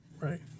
right